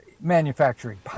manufacturing